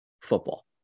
football